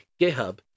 github